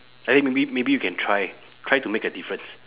I think maybe maybe you can try try to make a difference